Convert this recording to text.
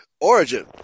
origin